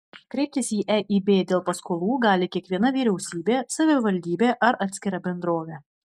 kreiptis į eib dėl paskolų gali kiekviena vyriausybė savivaldybė ar atskira bendrovė